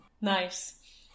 Nice